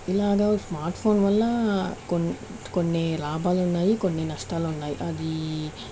ఇలాగ smartphone వల్ల కొన్ని కొన్ని లాభాలు ఉన్నాయి కొన్ని నష్టాలు ఉన్నాయి అది